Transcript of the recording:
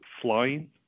flying